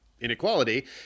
inequality